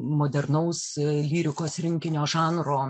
modernaus lyrikos rinkinio žanro